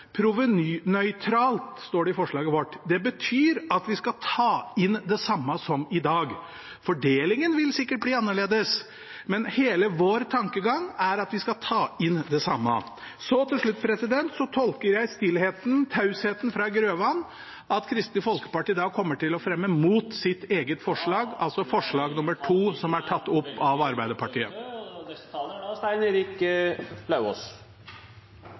står det i forslaget vårt. Det betyr at vi skal ta inn det samme som i dag. Fordelingen vil sikkert bli annerledes, men hele vår tankegang er at vi skal ta inn det samme. Til slutt tolker jeg tausheten fra Grøvan som at Kristelig Folkeparti kommer til å stemme mot sitt eget representantforslag, altså forslag nr. 2, som er tatt opp av Arbeiderpartiet.